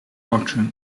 oczy